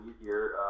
easier